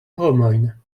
homojn